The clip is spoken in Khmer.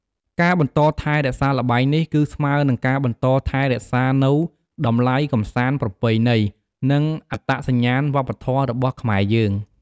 ការបន្តថែរក្សាល្បែងនេះ គឺស្មើនឹងការបន្តថែរក្សានូវ តម្លៃកម្សាន្តប្រពៃណី និងអត្តសញ្ញាណវប្បធម៌របស់ខ្មែរយើង។